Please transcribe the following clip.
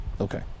Okay